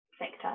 sector